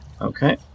Okay